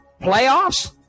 playoffs